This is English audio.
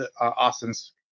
Austin's